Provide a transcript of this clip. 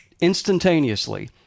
instantaneously